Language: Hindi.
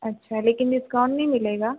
अच्छा लेकिन डिस्काउंट नहीं मिलेगा